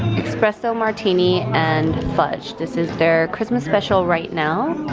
espresso martini, and fudge this is their christmas special, right now.